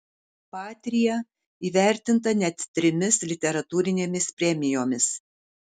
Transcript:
patria įvertinta net trimis literatūrinėmis premijomis